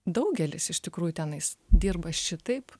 daugelis iš tikrųjų tenais dirba šitaip